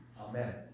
Amen